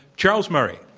charles murray.